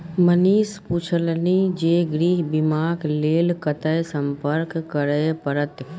मनीष पुछलनि जे गृह बीमाक लेल कतय संपर्क करय परत?